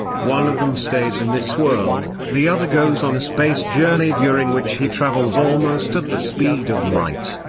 one of them stays in this world, the other goes on a space journey during which he travels almost at the speed of light.